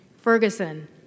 Ferguson